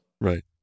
Right